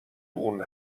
اون